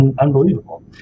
unbelievable